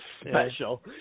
Special